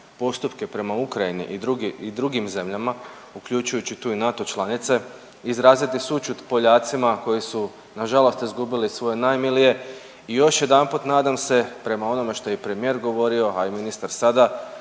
postupke prema Ukrajini i drugi, i drugim zemljama uključujući tu i NATO članice. Izraziti sućut Poljacima koji su nažalost izgubili svoje najmilije. I još jedanput nadam se prema onome što je premijer govorio, a i ministar sada